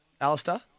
Alistair